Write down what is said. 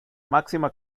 máxima